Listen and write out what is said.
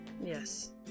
Yes